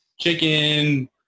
chicken